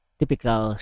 typical